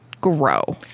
grow